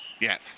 Yes